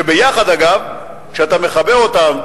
שביחד מגיעים,